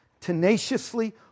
tenaciously